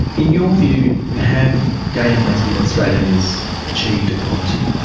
in your view, have gay and lesbian australians achieved equality?